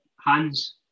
hands